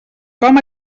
com